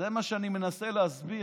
זה מה שאני מנסה להסביר.